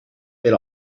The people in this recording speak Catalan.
per